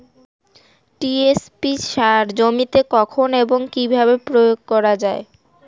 TSP সার জমিতে কখন এবং কিভাবে প্রয়োগ করা য়ায়?